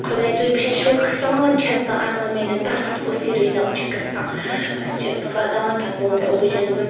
خۄداے ژٕ وُچھ بہٕ چھیٚس شوقہٕ سان چھیٚس بہٕ اَنان میٛانیٚن پَلوَن کُس یروٕنۍ ناو چھِ گژھان بَس چھیٚس بہٕ وَدان پَتہٕ ووٚن مےٚ اُبوٗجین دوٚپُن